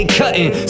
cutting